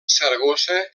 saragossa